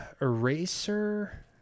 eraser